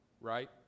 right